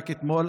אתמול,